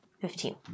Fifteen